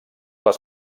les